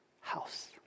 house